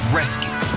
rescue